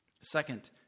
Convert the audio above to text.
Second